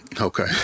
Okay